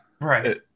Right